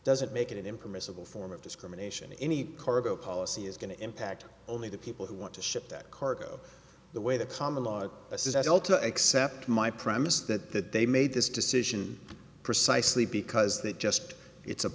doesn't make it an impermissible form of discrimination any cargo policy is going to impact only the people who want to ship that cargo the way the common law says as well to accept my premise that they made this decision precisely because they just it's a